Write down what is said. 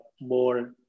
more